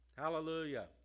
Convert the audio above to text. Hallelujah